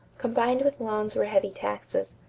combined with loans were heavy taxes.